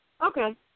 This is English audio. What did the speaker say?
Okay